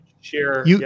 share-